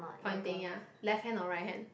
pointing ya left hand or right hand